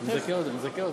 אני אזכה אותם.